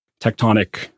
tectonic